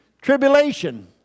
Tribulation